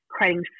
creating